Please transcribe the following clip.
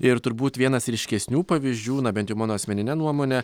ir turbūt vienas ryškesnių pavyzdžių na bent jau mano asmenine nuomone